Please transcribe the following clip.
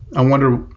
i wonder,